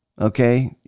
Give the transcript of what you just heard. okay